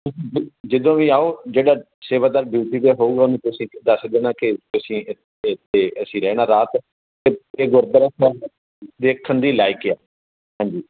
ਜਿੱਦਾਂ ਵੀ ਆਓ ਜਿਹੜਾ ਸੇਵਾਦਾਰ ਡਿਊਟੀ 'ਤੇ ਹੋਊਗਾ ਓਹਨੂੰ ਤੁਸੀਂ ਦੱਸ ਦੇਣਾ ਕੇ ਅਸੀਂ ਇੱਥੇ ਅਸੀਂ ਰਹਿਣਾ ਰਾਤ ਇੱਥੇ ਗੁਰਦੁਆਰਾ ਸਾਹਿਬ ਦੇਖਣ ਦੇ ਲਾਇਕ ਆ ਹਾਂਜੀ